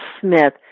Smith